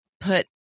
put